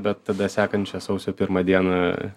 bet tada sekančią sausio pirmą dieną